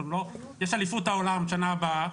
יש אליפות העולם בשנה הבאה,